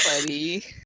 buddy